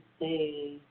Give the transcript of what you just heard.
say